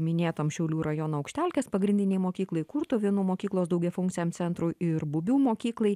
minėtom šiaulių rajono aukštelkės pagrindinei mokyklai kurtuvėnų mokyklos daugiafunkciam centrui ir bubių mokyklai